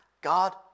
God